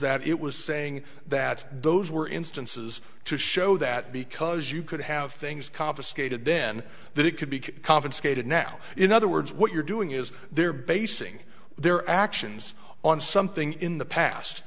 that it was saying that those were instances to show that because you could have things confiscated then that it could be confiscated now in other words what you're doing is they're basing their actions on something in the past